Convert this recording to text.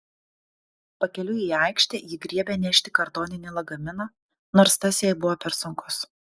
pakeliui į aikštę ji griebė nešti kartoninį lagaminą nors tas jai buvo per sunkus